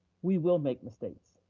we will make mistakes,